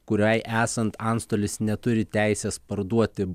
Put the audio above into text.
kuriai esant antstolis neturi teisės parduoti